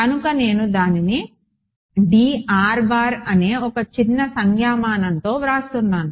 కనుక నేను దానిని ఓకే అని చిన్న సంజ్ఞామానంలో వ్రాస్తున్నాను